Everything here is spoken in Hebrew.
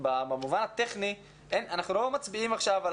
במובן הטכני אנחנו לא מצביעים עכשיו על